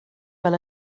fel